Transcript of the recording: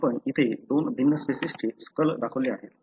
आपण येथे दोन भिन्न स्पेसिसचे स्कल दाखवले आहे